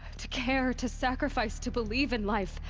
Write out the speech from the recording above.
to care, to sacrifice, to believe in life.